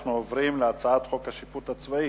אם כך, אני קובע שהצעת חוק שירות ביטחון